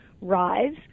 rise